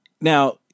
now